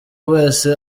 wese